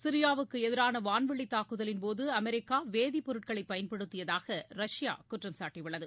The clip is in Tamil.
சிரியாவுக்கு எதிரான வான்வெளித்தாக்குதலின்போது அமெரிக்கா வேதிப்பொருட்களை பயன்படுத்தியதாக ரஷ்யா குற்றம் சாட்டியுள்ளது